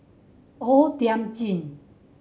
O Thiam Chin